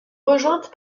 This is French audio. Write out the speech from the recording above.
rejointes